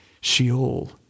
Sheol